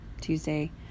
Tuesday